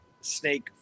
snake